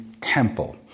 temple